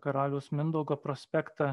karaliaus mindaugo prospektą